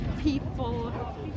people